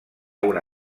una